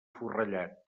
forrellat